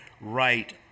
right